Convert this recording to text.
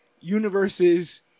universes